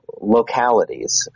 localities